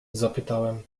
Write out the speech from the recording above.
zapytałem